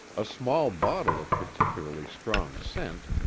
a small bottle of particularly strong scent,